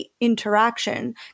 Interaction